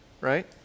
Right